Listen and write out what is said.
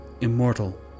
immortal